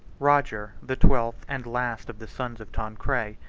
roger, the twelfth and last of the sons of tancred,